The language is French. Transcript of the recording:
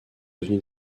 devenus